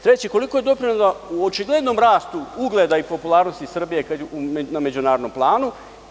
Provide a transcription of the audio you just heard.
Treće, koliko je doprinela u očiglednom rastu ugleda i popularnosti Srbije na međunarodnom planu?